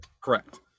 Correct